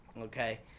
okay